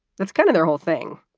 that's kind of their whole thing.